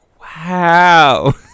wow